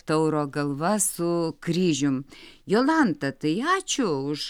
tauro galva su kryžium jolanta tai ačiū už